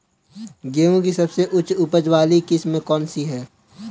गेहूँ की सबसे उच्च उपज बाली किस्म कौनसी है?